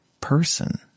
person